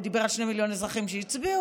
הוא דיבר על שני מיליון אזרחים שהצביעו,